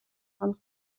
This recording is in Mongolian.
хонох